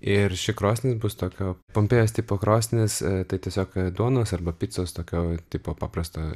ir ši krosnis bus tokio pompėjos tipo krosnis tai tiesiog duonos arba picos tokio tipo paprasta